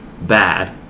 bad